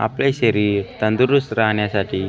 आपले शरीर तंदुरुस्त राहण्यासाठी